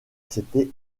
s’était